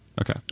okay